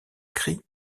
cris